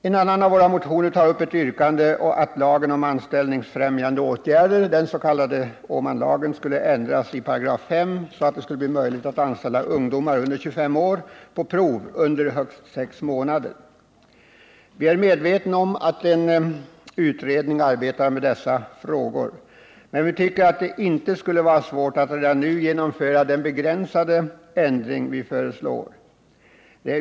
En annan av våra motioner tar upp ett yrkande om att lagen om anställningsfrämjande åtgärder, den s.k. Åmanlagen, skall ändras i 5 § så, att det skall bli möjligt att anställa ungdomar under 25 år på prov under högst sex månader. Vi är medvetna om att en utredning arbetar med dessa frågor. Men vi tycker att det inte skulle vara svårt att redan nu genomföra den begränsade ändring vi föreslår.